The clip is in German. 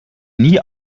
nie